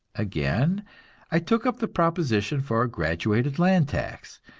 again i took up the proposition for a graduated land tax,